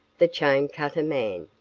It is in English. the chain-cutter man.